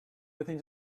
within